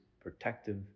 protective